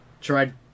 tried